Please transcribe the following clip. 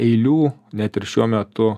eilių net ir šiuo metu